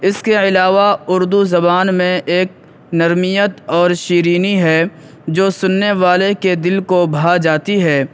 اس کے علاوہ اردو زبان میں ایک نرمیت اور شیرینی ہے جو سننے والے کے دل کو بھا جاتی ہے